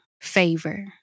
favor